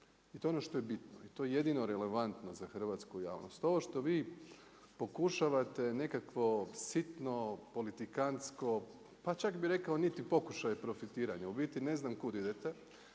i to je ono što je bitno i to je jedino relevantno za hrvatsku javnost. Ovo što vi pokušavate nekakvo sitno politikantsko, pa čak bih rekao niti pokušaj profitiranja. U biti ne znam kud idete.